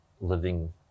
living